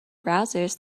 browsers